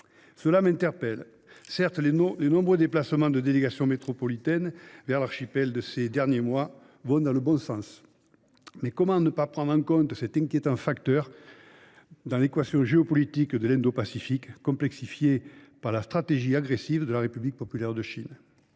Cela m’interpelle. Certes, les nombreux déplacements de délégations métropolitaines vers l’archipel, ces derniers mois, vont dans le bon sens. Mais comment ne pas prendre en compte cet inquiétant facteur dans l’équation géopolitique de l’Indo Pacifique, complexifiée par la stratégie agressive de la République populaire de Chine ?